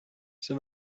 see